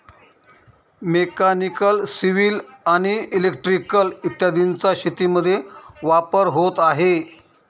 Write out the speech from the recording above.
mechanical, civil आणि electrical इत्यादींचा शेतीमध्ये वापर होत आहे